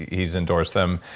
he's endorsed them.